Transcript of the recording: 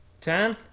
Ten